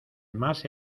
más